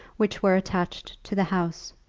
which were attached to the house,